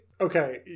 Okay